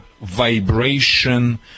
vibration